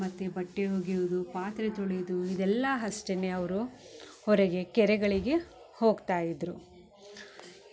ಮತ್ತು ಬಟ್ಟೆ ಒಗೆಯೋದು ಪಾತ್ರೆ ತೊಳಿಯುದು ಇದೆಲ್ಲ ಅಷ್ಟೆನೆ ಅವರು ಹೊರಗೆ ಕೆರೆಗಳಿಗೆ ಹೊಗ್ತಾ ಇದ್ದರು